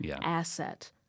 asset